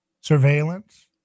surveillance